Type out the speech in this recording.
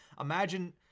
Imagine